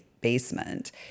basement